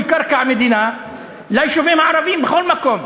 "קרקע מדינה" ליישובים הערביים בכל מקום.